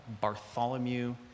Bartholomew